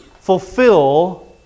Fulfill